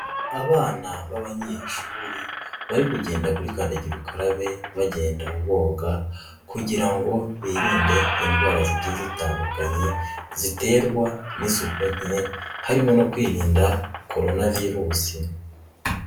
Abana b'abanyeshuri bari kugenda kuri kandagira ukarabe bagenda boga kugira ngo birinde indwara zijye zitandukanye ziterwa n'isuku nkeya, harimo no kwirinda Coronavirus.